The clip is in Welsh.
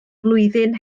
flwyddyn